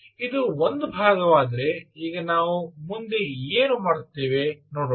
ಇದು ಒಂದು ಭಾಗವಾದರೆ ಈಗ ನಾವು ಮುಂದೆ ಏನು ಮಾಡುತ್ತೇವೆ ನೋಡೋಣ